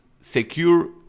secure